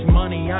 money